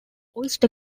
oyster